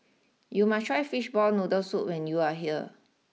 you must try Fishball Noodle Soup when you are here